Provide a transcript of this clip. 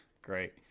great